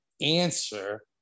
answer